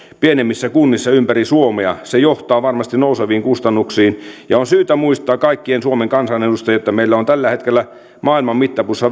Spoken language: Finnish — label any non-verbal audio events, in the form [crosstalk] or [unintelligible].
pienemmissä kunnissa ympäri suomea niin se johtaa varmasti nouseviin kustannuksiin on syytä muistaa kaikkien suomen kansanedustajien että meillä on tällä hetkellä maailman mittapuussa [unintelligible]